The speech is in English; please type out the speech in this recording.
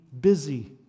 busy